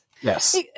yes